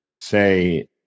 say